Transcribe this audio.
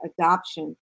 adoption